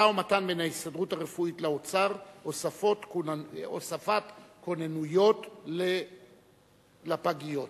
משא-ומתן בין ההסתדרות הרפואית לאוצר על הוספת כוננויות רופאים לפגיות.